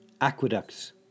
aqueducts